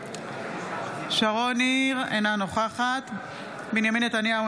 אינה נוכחת בנימין נתניהו,